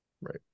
Right